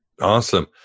Awesome